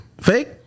Fake